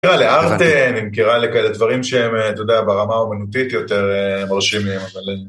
נמכירה לארטן, נמכירה לכאלה דברים שהם, את יודעת, ברמה אומנותית יותר מרשים להם, אבל...